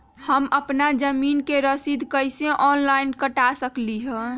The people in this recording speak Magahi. हम अपना जमीन के रसीद कईसे ऑनलाइन कटा सकिले?